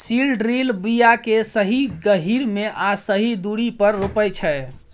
seed drill बीया केँ सही गहीर मे आ सही दुरी पर रोपय छै